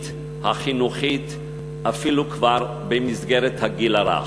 החינוכית אפילו כבר במסגרת הגיל הרך.